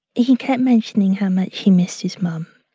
he kept mentioning how much he missed his mum,